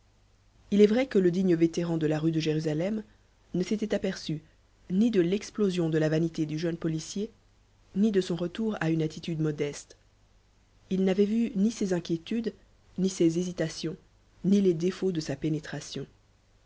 il est vrai que le digne vétéran de la rue de jérusalem ne s'était aperçu ni de l'explosion de la vanité du jeune policier ni de son retour à une attitude modeste il n'avait vu ni ses inquiétudes ni ses hésitations ni les défauts de sa pénétration